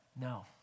No